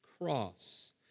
cross